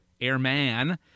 airman